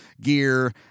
gear